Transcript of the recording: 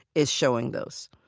is showing those.